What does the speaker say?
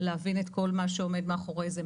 להבין את כל מה שעומד מאחרי זה,